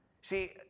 See